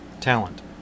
talent